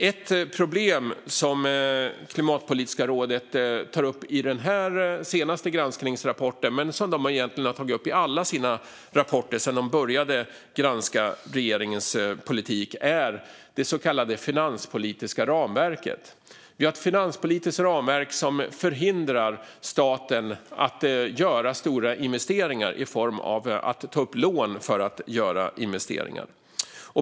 Ett problem som Klimatpolitiska rådet tar upp i den senaste granskningsrapporten, men som de egentligen har tagit upp i alla sina rapporter sedan de började granska regeringens politik, är det så kallade finanspolitiska ramverket. Vi har ett finanspolitiskt ramverk som förhindrar staten att ta lån för att göra stora investeringar.